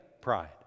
Pride